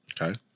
Okay